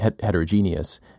heterogeneous